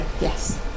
yes